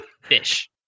fish